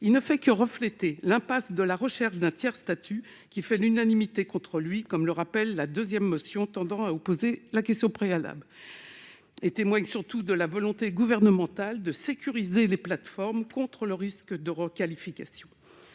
il ne fait que refléter l'impact de la recherche d'un tiers-statut, qui fait l'unanimité contre lui - comme le rappelle la seconde motion, tendant à opposer la question préalable -et témoigne surtout de la volonté gouvernementale de sécuriser les plateformes contre le risque de requalification.